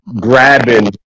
grabbing